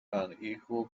unequal